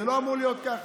וזה לא אמור להיות ככה.